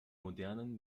modernen